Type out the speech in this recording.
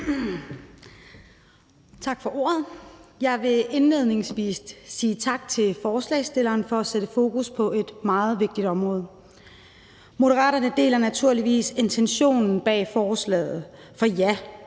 Tak for ordet. Jeg vil indledningsvis sige tak til forslagsstilleren for at sætte fokus på et meget vigtigt område. Moderaterne deler naturligvis intentionen bag forslaget, for, ja,